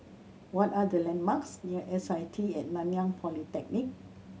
what are the landmarks near S I T and Nanyang Polytechnic